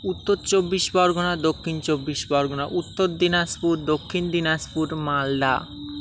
Uttar Chabbish Pargana Dakshin Chabbish Pargana Uttar Dinajpur Dakshin Dinajpur Malda